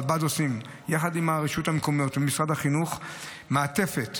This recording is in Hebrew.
יחד עם הרשויות המקומיות ומשרד החינוך אנחנו עושים,